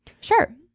Sure